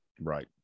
Right